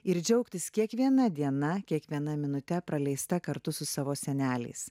ir džiaugtis kiekviena diena kiekviena minute praleista kartu su savo seneliais